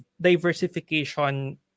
diversification